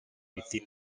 within